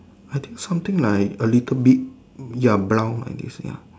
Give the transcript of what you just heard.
I think something like a little bit ya brown I guess ya